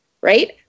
right